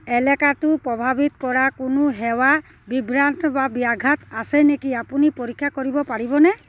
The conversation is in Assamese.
এলেকাটো প্ৰভাৱিত কৰা কোনো সেৱা বিভ্ৰাট বা ব্যাঘাত আছে নেকি আপুনি পৰীক্ষা কৰিব পাৰিবনে